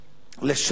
לשנות